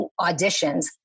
auditions